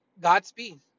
Godspeed